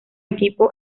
equipo